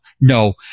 no